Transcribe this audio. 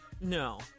No